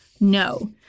no